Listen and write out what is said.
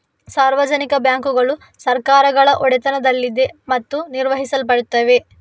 ಸಾರ್ವಜನಿಕ ಬ್ಯಾಂಕುಗಳು ಸರ್ಕಾರಗಳ ಒಡೆತನದಲ್ಲಿದೆ ಮತ್ತು ನಿರ್ವಹಿಸಲ್ಪಡುತ್ತವೆ